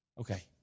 Okay